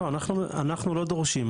לא אנחנו לא דורשים,